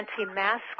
anti-mask